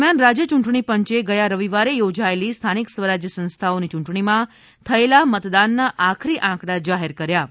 દરમિયાન રાજ્ય ચૂંટણી પંચે ગયા રવિવારે યોજાયેલી સ્થાનિક સ્વરાજ્ય સંસ્થાઓની યૂંટણીમાં થયેલા મતદાનના આખરી આંકડા જાહેર કર્યા છે